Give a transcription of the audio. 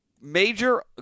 major